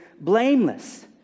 blameless